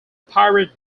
pirate